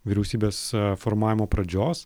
vyriausybės formavimo pradžios